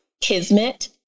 kismet